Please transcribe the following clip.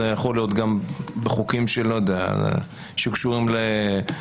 זה יכול להיות גם בחוקים שקשורים למבחנים